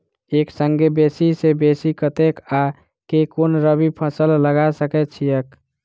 एक संगे बेसी सऽ बेसी कतेक आ केँ कुन रबी फसल लगा सकै छियैक?